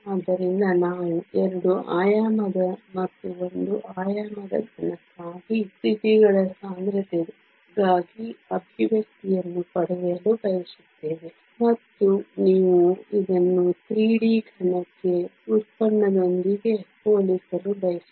ಆದ್ದರಿಂದ ನಾವು 2 ಆಯಾಮದ ಮತ್ತು 1 ಆಯಾಮದ ಘನಕ್ಕಾಗಿ ಸ್ಥಿತಿಗಳ ಸಾಂದ್ರತೆಗಾಗಿ ಅಭಿವ್ಯಕ್ತಿಯನ್ನು ಪಡೆಯಲು ಬಯಸುತ್ತೇವೆ ಮತ್ತು ನೀವು ಇದನ್ನು 3 ಡಿ ಘನಕ್ಕೆ ವ್ಯುತ್ಪನ್ನದೊಂದಿಗೆ ಹೋಲಿಸಲು ಬಯಸುತ್ತೀರಿ